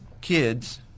kids